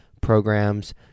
programs